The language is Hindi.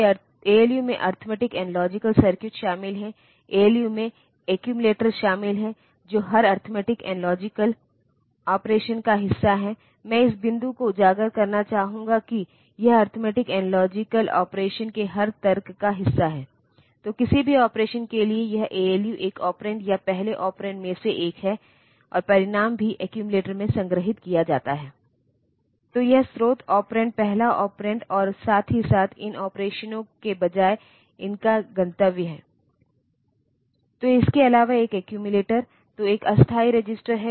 तो ए एक विशेष रजिस्टर है जिसे 8085 में एक्युमिलेटर रजिस्टर कहा जाता है और जब भी आपके पास अरिथमेटिक एंड लॉजिकल ऑपरेशन होता है फिर अधिकांश मामलों में ऑपरेंड में से एक एक्युमिलेटर है और यह भी कि डेस्टिनेशन केवल एक्युमिलेटर है